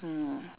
mm